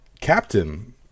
captain